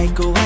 go